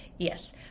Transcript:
Yes